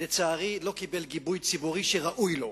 לצערי, הוא לא קיבל גיבוי ציבורי כראוי לו.